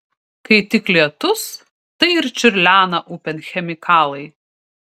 kai tik lietus tai ir čiurlena upėn chemikalai